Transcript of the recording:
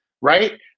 Right